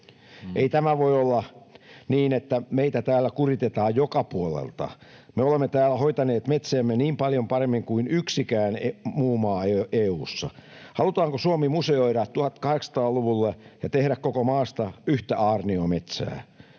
Ei tämä voi olla niin, että meitä täällä kuritetaan joka puolelta. Me olemme täällä hoitaneet metsiämme niin paljon paremmin kuin yksikään muu maa EU:ssa. Halutaanko Suomi museoida 1800‑luvulle ja tehdä koko maasta yhtä aarniometsää?